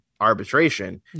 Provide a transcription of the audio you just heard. arbitration